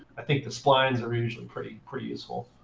i think the splines are usually pretty pretty useful.